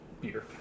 beer